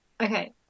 Okay